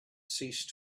ceased